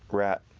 rat,